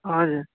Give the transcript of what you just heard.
हजुर